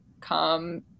come